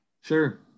Sure